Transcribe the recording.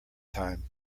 time